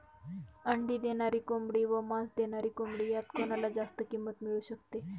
अंडी देणारी कोंबडी व मांस देणारी कोंबडी यात कोणाला जास्त किंमत मिळू शकते?